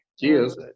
Cheers